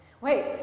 Wait